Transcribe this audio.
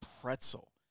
pretzel